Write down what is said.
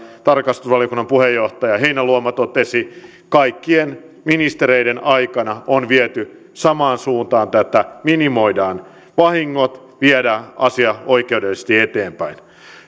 tarkastusvaliokunnan puheenjohtaja heinäluoma totesi kaikkien ministereiden aikana on viety samaan suuntaan tätä minimoidaan vahingot viedään asia oikeudellisesti eteenpäin